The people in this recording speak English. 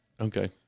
Okay